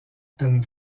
peine